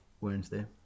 Wednesday